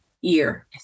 year